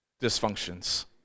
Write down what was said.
dysfunctions